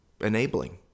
enabling